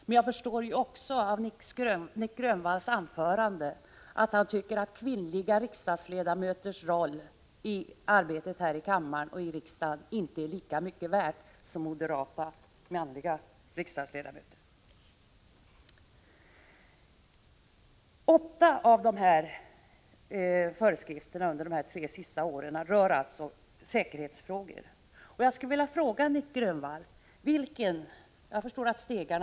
Men jag förstår av Nic Grönvalls anförande att han tycker att kvinnliga riksdagsledamöter inte är lika mycket värda i arbetet här i kammaren och i utskotten som moderata manliga riksdagsledamöter. Åtta av föreskrifterna under de tre senaste åren rör alltså säkerhetsfrågor. Jag skulle vilja fråga Nic Grönvall vilka av dessa riktlinjer som inte behövs.